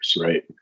Right